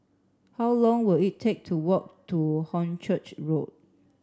how long will it take to walk to Hornchurch Road